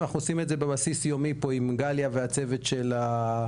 אנחנו עושים את זה בבסיס יומי עם גליה והצוות של הרשות.